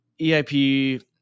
EIP